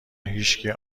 هیچکی